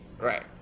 Right